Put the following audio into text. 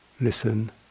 listen